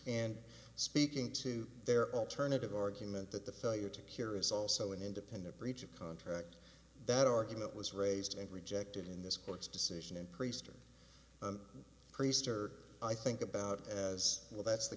and speaking to their alternative argument that the failure to cure is also an independent breach of contract that argument was raised and rejected in this court's decision in priester priester i think about as well that's the